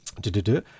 Do-do-do